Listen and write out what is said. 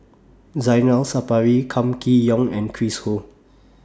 Zainal Sapari Kam Kee Yong and Chris Ho